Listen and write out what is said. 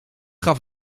gaf